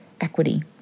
equity